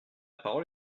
parole